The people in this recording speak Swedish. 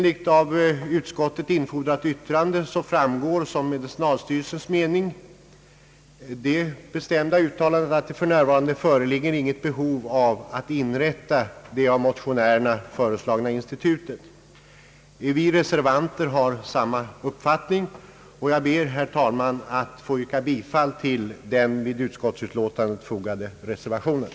I av utskottet infordrat yttrande gör medicinalstyrelsen det bestämda uttalandet, att det för närvarande inte föreligger något behov att inrätta det av motionärerna föreslagna institutet. Vi reservanter har samma uppfattning, och jag ber, herr talman, att få yrka bifall till den vid utskottsutlåtandet fogade reservationen.